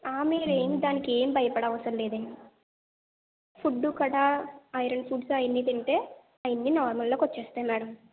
ఆ మీరు ఏమి దానికి ఏం భయపడ అవసరం లేదు అండి ఫుడ్ కట్టా ఐరన్ ఫుడ్ తింటే అవన్నీ నార్మల్లోకి వచ్చేస్తాయి మేడం